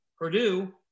Purdue